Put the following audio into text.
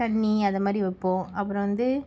தண்ணிர் அதுமாதிரி வைப்போம் அப்புறம் வந்து